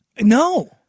No